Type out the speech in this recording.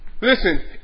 Listen